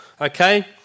Okay